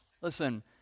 Listen